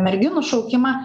merginų šaukimą